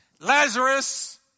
Lazarus